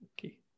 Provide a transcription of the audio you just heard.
Okay